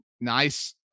nice